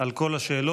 על כל השאלות,